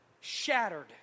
shattered